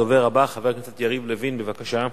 הדובר הבא, חבר הכנסת יריב לוין, בבקשה.